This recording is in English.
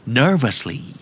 nervously